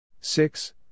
Six